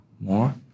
more